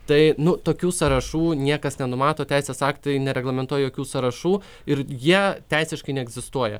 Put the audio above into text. tai nu tokių sąrašų niekas nenumato teisės aktai nereglamentuoja jokių sąrašų ir jie teisiškai neegzistuoja